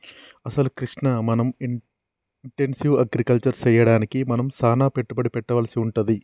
అసలు కృష్ణ మనం intensive agriculture సెయ్యడానికి మనం సానా పెట్టుబడి పెట్టవలసి వుంటది